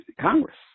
Congress